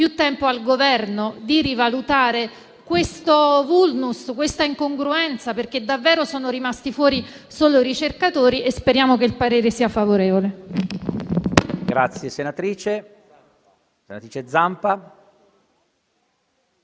tempo al Governo di rivalutare questo *vulnus* e questa incongruenza, perché davvero sono rimasti fuori solo i ricercatori. Speriamo che il parere sia favorevole.